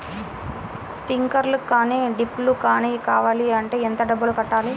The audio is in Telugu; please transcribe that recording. స్ప్రింక్లర్ కానీ డ్రిప్లు కాని కావాలి అంటే ఎంత డబ్బులు కట్టాలి?